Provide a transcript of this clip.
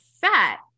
fat